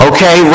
Okay